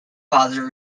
positive